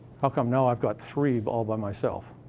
how come now i've got three all by myself?